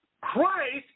Christ